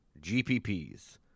GPPs